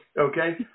Okay